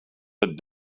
but